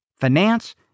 finance